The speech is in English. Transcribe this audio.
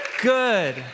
Good